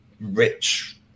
rich